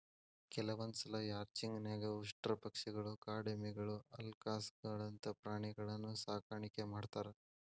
ಕೆಲವಂದ್ಸಲ ರ್ಯಾಂಚಿಂಗ್ ನ್ಯಾಗ ಉಷ್ಟ್ರಪಕ್ಷಿಗಳು, ಕಾಡೆಮ್ಮಿಗಳು, ಅಲ್ಕಾಸ್ಗಳಂತ ಪ್ರಾಣಿಗಳನ್ನೂ ಸಾಕಾಣಿಕೆ ಮಾಡ್ತಾರ